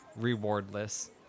rewardless